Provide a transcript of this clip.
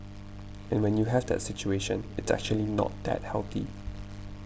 and when you have that situation it's actually not that healthy